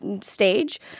stage